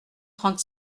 trente